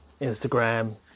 Instagram